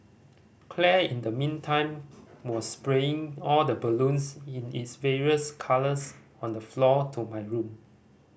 Claire in the meantime was splaying all the balloons in its various colours on the floor to my room